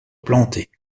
plantés